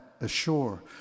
ashore